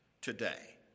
today